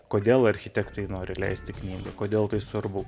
kodėl architektai nori leisti knygą kodėl tai svarbu